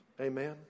Amen